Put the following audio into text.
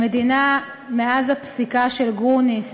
למדינה, מאז הפסיקה של גרוניס,